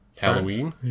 Halloween